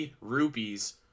rupees